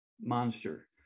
monster